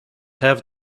have